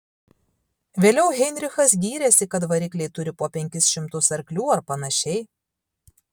vėliau heinrichas gyrėsi kad varikliai turi po penkis šimtus arklių ar panašiai